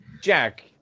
Jack